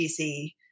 DC